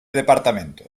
departamento